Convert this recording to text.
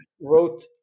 wrote